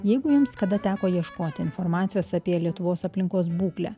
jeigu jums kada teko ieškot informacijos apie lietuvos aplinkos būklę